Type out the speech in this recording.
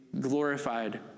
glorified